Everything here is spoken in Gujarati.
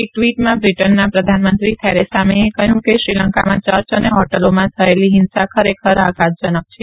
એક વી માં બ્રિ નના પ્રધાનમંત્રી થેરેસા મે એ કહયું કે શ્રીલંકામાં ચર્ચ ને હો લોમાં થયેલી ફિંસા ખરેખર આઘાત નક છે